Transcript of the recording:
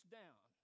down